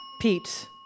Pete